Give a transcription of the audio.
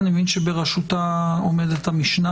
אני מבין שבראשותו עומדת המשנה